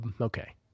okay